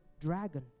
dragon